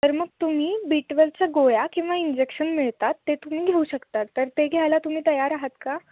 तर मग तुम्ही बी ट्वेलच्या गोळ्या किंवा इंजेक्शन मिळतात ते तुम्ही घेऊ शकतात तर ते घ्यायला तुम्ही तयार आहात का